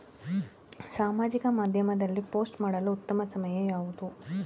ಸಾಮಾಜಿಕ ಮಾಧ್ಯಮದಲ್ಲಿ ಪೋಸ್ಟ್ ಮಾಡಲು ಉತ್ತಮ ಸಮಯ ಯಾವುದು?